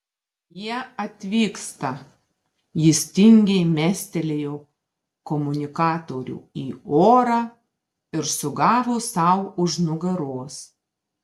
jie atvyksta jis tingiai mestelėjo komunikatorių į orą ir sugavo sau už nugaros